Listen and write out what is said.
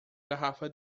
garrafa